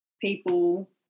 people